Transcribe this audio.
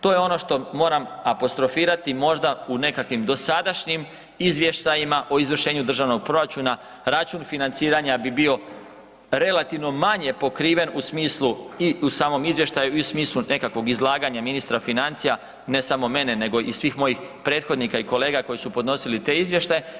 To je ono što moram apostrofirati možda u nekakvim dosadašnjim izvještajima o izvršenju državnog proračuna, račun financiranja bi bio relativno manje pokriven u smislu, i u samom izvještaju i u smislu nekakvog izlaganja ministra financija, ne samo mene nego i svih mojih prethodnika i kolega koji su podnosili te izvještaje.